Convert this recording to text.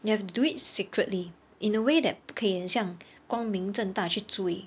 you have to do it secretly in a way that 不可以很像光明正大去追